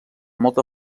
molta